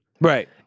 Right